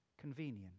convenient